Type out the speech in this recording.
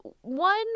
one